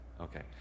Okay